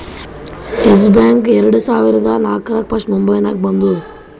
S Bank ಎರಡು ಸಾವಿರದಾ ನಾಕ್ರಾಗ್ ಫಸ್ಟ್ ಮುಂಬೈನಾಗ ಬಂದೂದ